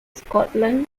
scotland